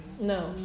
No